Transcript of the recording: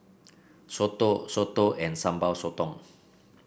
soto soto and Sambal Sotong